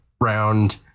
round